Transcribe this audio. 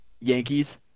Yankees